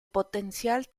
potencial